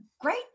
great